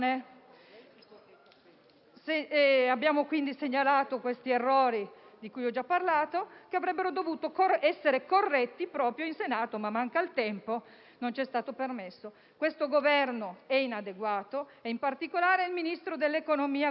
abbiamo quindi segnalato gli errori di cui ho già parlato, che avrebbero dovuto essere corretti proprio in Senato, ma manca il tempo. Non ci è stato permesso di farlo. Questo Governo è inadeguato e in particolare lo è il ministro dell'economia Gualtieri,